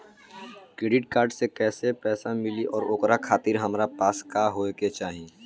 Credit card कैसे मिली और ओकरा खातिर हमरा पास का होए के चाहि?